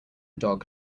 dog